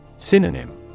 Synonym